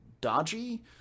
dodgy